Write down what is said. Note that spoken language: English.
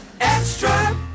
extra